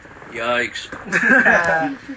Yikes